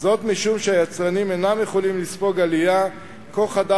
וזאת משום שהיצרנים אינם יכולים לספוג עלייה כה חדה